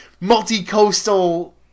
multi-coastal